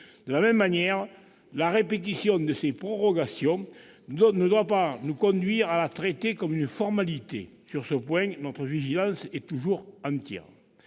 De la même manière, la répétition de ces prorogations ne doit pas nous conduire à traiter une telle mesure comme une formalité. Sur ce point, notre vigilance est toujours entière.